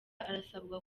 arasabwa